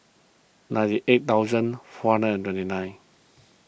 ninety eight thousand four hundred and twenty nine